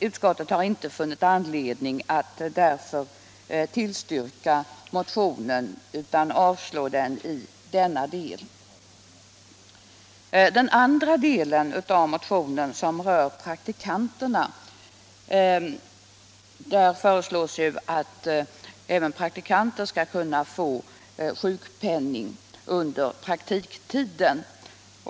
Utskottet har inte funnit anledning att tillstyrka motionen utan hemställer om avslag i denna del. I den andra delen av motionen, som rör praktikanterna, föreslås att även praktikanter skall kunna få' sjukpenning under praktiktiden.